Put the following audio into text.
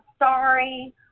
sorry